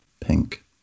pink